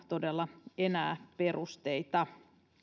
todella enää perusteita